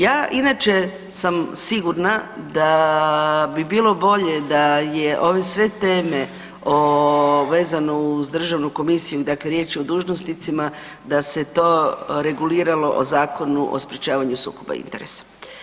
Ja inače sam sigurna da bi bilo bolje da je ove sve teme o, vezano uz državnu komisiju, dakle riječ je o dužnosnicima da se to reguliralo o Zakonu o sprječavanju sukoba interesa.